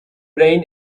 brain